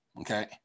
okay